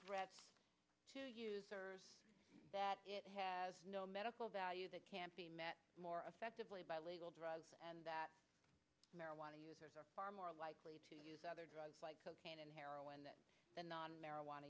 threat to users that it has no medical value that can't be met more effectively by legal drugs and that marijuana users are far more likely to use other drugs like cocaine and heroin that marijuana